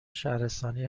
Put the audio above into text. شهرستانی